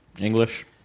English